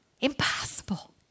impossible